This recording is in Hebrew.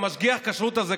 משגיח הכשרות הזה,